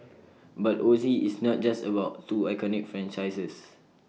but Oz is not just about two iconic franchises